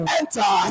enter